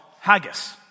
Haggis